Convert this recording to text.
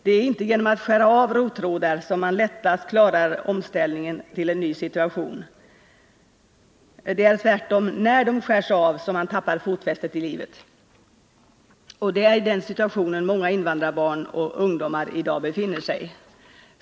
Det ärinte genom att skära av rottrådar som man lättast klarar omställningen till en ny situation. Det är tvärtom när de skärs av som man tappar fotfästet i livet. Och det är i den situationen många invandrarbarn och ungdomar i dag befinner sig.